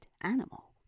animal